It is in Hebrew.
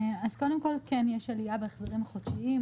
אז קודם כל, כן, יש עלייה בהחזרים החודשיים.